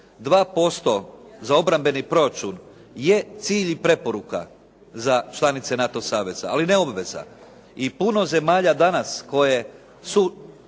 2% za obrambeni proračun je cilj i preporuka za članice NATO saveza, ali ne obveza. I puno zemalja danas koje su